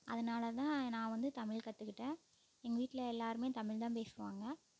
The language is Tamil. அதனால் தான் நான் வந்து தமிழ் கற்றுக்கிட்டேன் எங்கள் வீட்டில எல்லாருமே தமிழ் தான் பேசுவாங்கள்